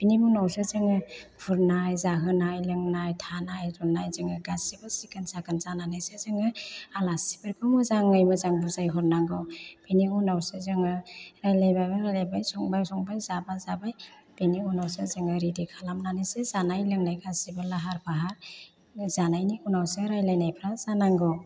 बिनि उनावसो जोङो खुरनाय जाहोनाय लोंनाय थानाय रुन्नाय जोङो गासिबो सिखोन साखोन जानानैसो जोङो आलासिफोरखौ मोजाङै मोजां बुजायहरनांगौ बिनि उनावसो जोङो रायलायबा रायलायबाय संबा संबाय जाबा जाबाय बेनि उनावसो जोङो रेडि खालामनानैसो जानाय लोंनाय गासिबो लाहार फाहार जानायनि उनावसो रायलायनायफ्रा जानांगौ